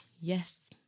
yes